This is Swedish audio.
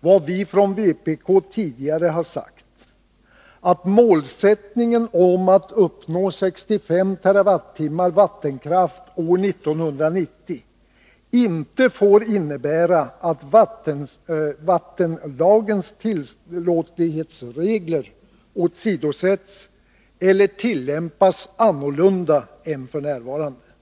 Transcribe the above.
vad vi från vpk tidigare sagt, nämligen att målsättningen att uppnå 65 TWh vattenkraft år 1990 inte får innebära att vattenlagens tillåtlighetsregler åsidosätts eller tillämpas annorlunda än f. n.